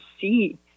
see